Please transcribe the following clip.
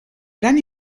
gran